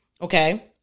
Okay